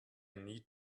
need